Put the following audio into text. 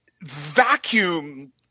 vacuum